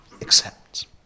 accept